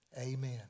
amen